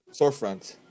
storefront